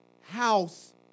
house